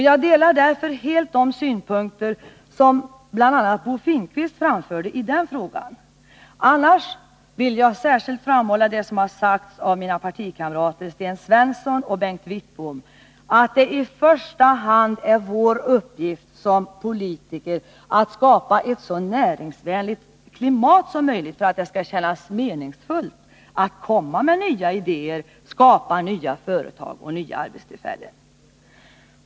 Jag delar därför helt de synpunkter som bl.a. Bo Finnkvist framförde i den frågan. Annars vill jag särskilt framhålla det som sagts av mina partikamrater Sten Svensson och Bengt Wittbom, nämligen att det i första hand är vår uppgift som politiker att skapa ett så näringsvänligt klimat som möjligt för att det skall kännas meningsfullt att komma med nya idéer och skapa nya företag och nya arbetstillfällen.